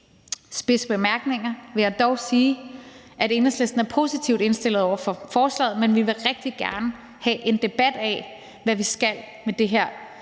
spidse bemærkninger, vil jeg dog sige, at Enhedslisten er positivt indstillet over for forslaget, men at vi rigtig gerne vil have en debat af, hvad vi skal med det her